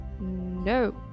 no